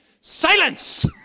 Silence